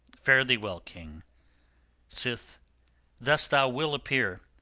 fare thee well, king sith thus thou wilt appear,